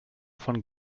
von